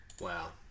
Wow